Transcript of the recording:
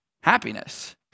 happiness